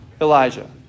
Elijah